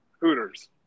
Hooters